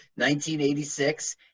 1986